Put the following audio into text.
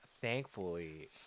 thankfully